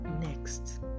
next